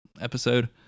episode